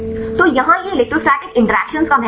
तो यहाँ यह इलेक्ट्रोस्टैटिक इंटरैक्शन का महत्व है